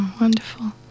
Wonderful